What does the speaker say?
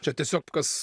čia tiesiog kas